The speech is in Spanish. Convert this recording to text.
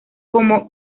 como